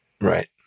Right